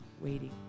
waiting